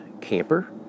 camper